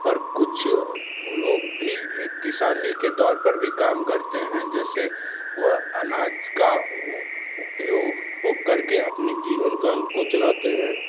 पर कुछ लोग भी एक किसानी के तौर पर भी काम करते हैं जैसे वह अनाज का उपयोग करके अपने जीवनकाल को चलाते हैं